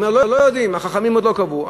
הוא אומר: לא יודעים, החכמים עוד לא קבעו.